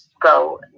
go